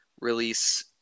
release